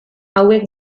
hauek